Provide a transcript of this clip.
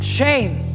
Shame